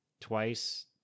twice